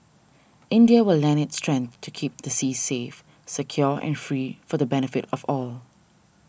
India will lend its strength to keep the seas safe secure and free for the benefit of all